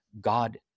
God